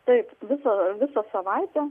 taip visą visą savaitę